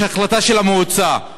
יש החלטה של המועצה.